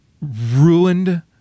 ruined